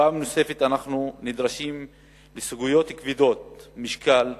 פעם נוספת אנחנו נדרשים לסוגיות כבדות משקל,